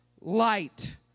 light